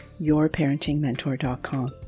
yourparentingmentor.com